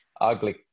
ugly